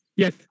Yes